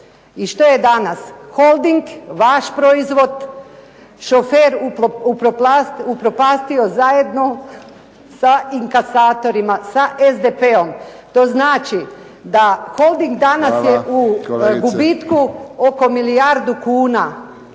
I Što je danas Holding vaš proizvod, šofer, upropastio zajedno sa inkasatorima, sa SDP-om. To znači da Holding je danas u gubitku oko milijardu kuna,